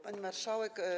Pani Marszałek!